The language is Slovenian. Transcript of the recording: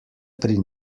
pri